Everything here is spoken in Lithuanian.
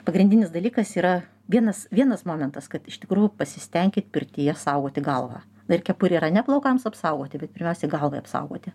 pagrindinis dalykas yra vienas vienas momentas kad iš tikrųjų pasistenkit pirtyje saugoti galvą na ir kepurė yra ne plaukams apsaugoti bet pirmiausia galvai apsaugoti